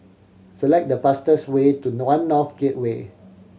select the fastest way to One North Gateway